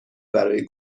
برای